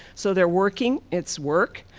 so they're working, it's work.